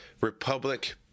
Republic